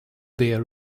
beer